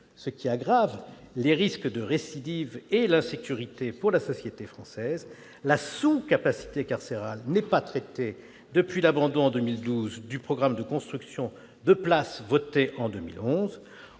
ce qui aggrave les risques de récidive et l'insécurité pour la société française. La sous-capacité carcérale n'est plus traitée depuis l'abandon, en 2012, du programme de construction de places voté en 2011.